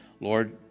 Lord